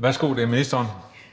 Værsgo til ministeren.